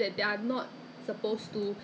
otherwise so painful leh there was once